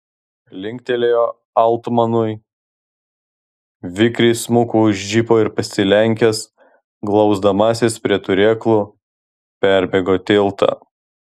linktelėjo altmanui vikriai smuko už džipo ir pasilenkęs glausdamasis prie turėklų perbėgo tiltą